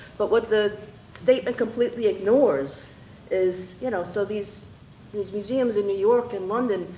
but what the statement completely ignores is, you know so these these museums in new york and london,